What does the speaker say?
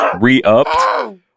re-upped